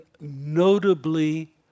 notably